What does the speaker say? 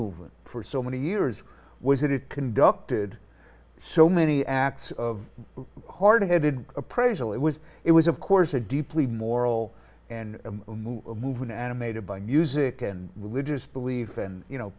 movement for so many years was that it conducted so many acts of hard headed appraisal it was it was of course a deeply moral and a move an animated by music and religious belief and you know